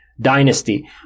dynasty